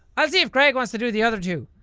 i'll see if gregg wants to do the other two.